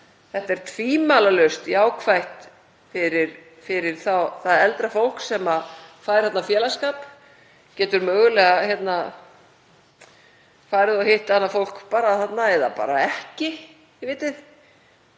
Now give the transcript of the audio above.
Þetta er tvímælalaust jákvætt fyrir það eldra fólk sem fær þarna félagsskap, getur mögulega farið og hitt fólk þarna eða bara ekki, af því að,